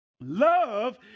Love